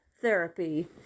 therapy